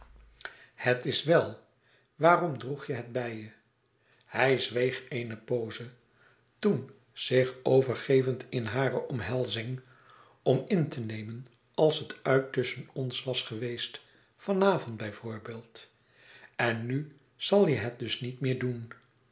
het is wel waarom droeg je het bij je hij zweeg een pooze toen zich overgevend in hare omhelzing om in te nemen als het uit tusschen ons was geweest van avond bijvoorbeeld en nu zal je het dus niet meer doen